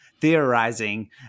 theorizing